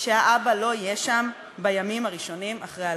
שהאבא לא יהיה שם בימים הראשונים אחרי הלידה.